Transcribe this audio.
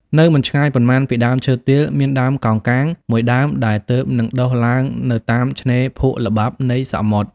នៅមិនឆ្ងាយប៉ុន្មានពីដើមឈើទាល មានដើមកោងកាង មួយដើមដែលទើបនឹងដុះឡើងនៅតាមឆ្នេរភក់ល្បាប់នៃសមុទ្រ។